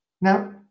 Now